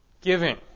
giving